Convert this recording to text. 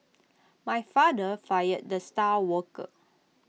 my father fired the star worker